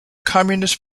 communist